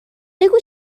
بگو